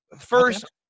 First